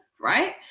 Right